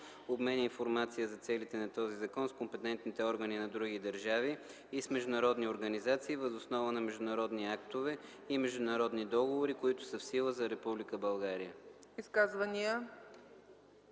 обменя информация за целите на този закон с компетентните органи на други държави и с международни организации въз основа на международни актове и международни договори, които са в сила за